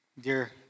Dear